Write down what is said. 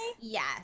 Yes